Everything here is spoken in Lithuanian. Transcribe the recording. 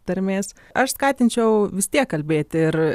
tarmės aš skatinčiau vis tiek kalbėti ir